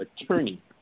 attorney